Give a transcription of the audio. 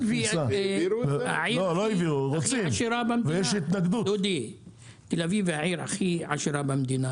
העיר תל אביב היא הכי עשירה במדינה